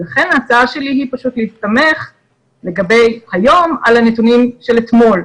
ולכן ההצעה שלי היא להסתמך לגבי היום על הנתונים של אתמול,